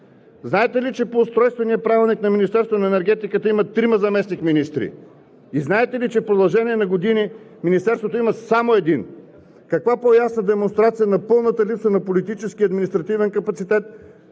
Знаете ли, че по Устройствения правилник на Министерството на енергетиката има трима заместник-министри, и знаете ли, че в продължение на години Министерството има само един? Каква по-ясна демонстрация на пълната липса на политически и административен капацитет,